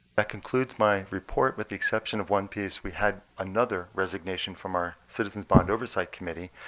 that concludes my report with the exception of one piece. we had another resignation from our citizens bond oversight committee.